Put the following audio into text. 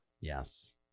yes